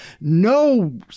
No